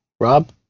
Rob